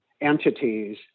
entities